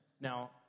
Now